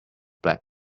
black